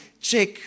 check